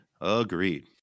Agreed